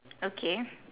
okay